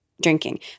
drinking